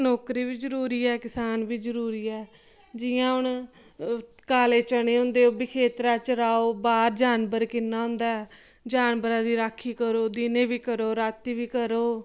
ते नौकरी बी जरूरी ऐ किसान बी जरूरी ऐ जियां हुन काले चने हुंदे ओह्बी खेत्तरा च राहो बाह्र जानवर किन्ना हुंदा ऐ जानवरा दी राक्खी करो दिनें बी करो रातीं बी करो